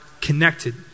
connected